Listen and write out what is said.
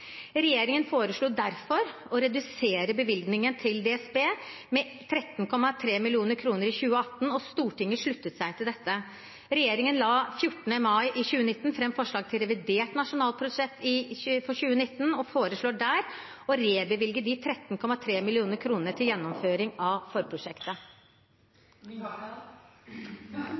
Regjeringen foreslo derfor å redusere bevilgningen til DSB med 13,3 mill. kr i 2018, og Stortinget sluttet seg til dette. Regjeringen la 14. mai i 2019 fram forslag til revidert nasjonalbudsjett for 2019 og foreslår der å rebevilge de 13,3 mill. kr til gjennomføring av